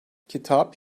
kitap